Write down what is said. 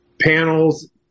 panels